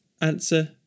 Answer